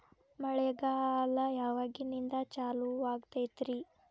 ಮಳೆಗಾಲ ಯಾವಾಗಿನಿಂದ ಚಾಲುವಾಗತೈತರಿ?